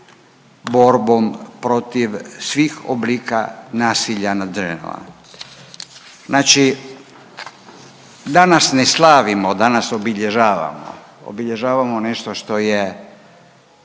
borbom protiv svih oblika nasilja nad ženama. Znači danas ne slavimo, danas obilježavamo, obilježavamo nešto što je